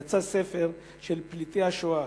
יצא ספר של פליטי השואה,